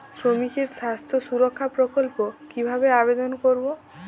শ্রমিকের স্বাস্থ্য সুরক্ষা প্রকল্প কিভাবে আবেদন করবো?